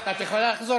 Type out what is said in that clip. את יכולה לחזור,